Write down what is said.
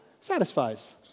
satisfies